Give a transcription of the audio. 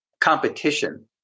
competition